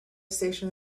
station